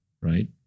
right